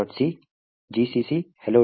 c gcc hello